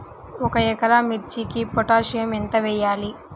ఒక ఎకరా మిర్చీకి పొటాషియం ఎంత వెయ్యాలి?